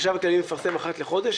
החשב הכללי מפרסם אחת לחודש,